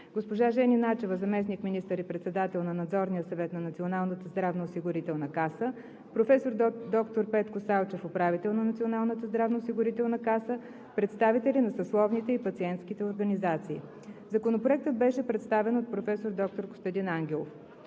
госпожа Жени Начева – заместник-министър и председател на Надзорния съвет на Националната здравноосигурителна каса, професор доктор Петко Салчев – управител на Националната здравноосигурителна каса, представители на съсловните и пациентските организации. Законопроектът беше представен от професор доктор Костадин Ангелов.